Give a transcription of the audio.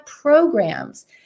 programs